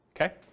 okay